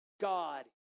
God